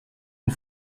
une